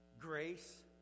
grace